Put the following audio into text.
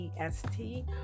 EST